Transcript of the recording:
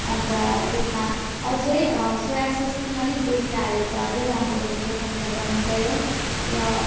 अन्त त्यसमा अझै सोया सस पनि अलिक बेसी हालेको भए अझै राम्रो हुन्थ्यो भनेर भन्नुभयो र